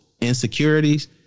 insecurities